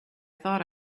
thought